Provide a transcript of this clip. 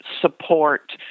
support